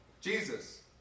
Jesus